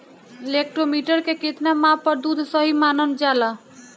Lactometer के कितना माप पर दुध सही मानन जाला?